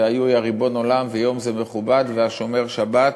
והיו "יה ריבון עולם" ו"יום זה מכובד" ו"השומר שבת"